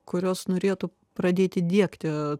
kurios norėtų pradėti diegti